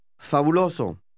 Fabuloso